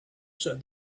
said